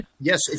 Yes